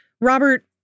Robert